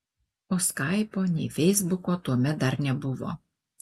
o skaipo nei feisbuko tuomet dar nebuvo